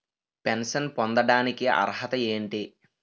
Pension పొందడానికి అర్హత ఏంటి?